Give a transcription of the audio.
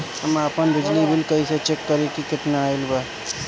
हम आपन बिजली बिल कइसे चेक करि की केतना आइल बा?